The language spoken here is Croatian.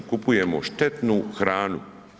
Kupujemo štetnu hranu.